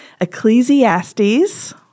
Ecclesiastes